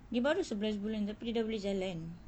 dia baru sebelas bulan tapi dia dah boleh jalan